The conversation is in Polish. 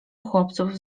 chłopców